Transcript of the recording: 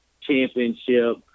championship